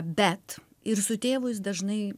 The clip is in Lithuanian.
bet ir su tėvu jis dažnai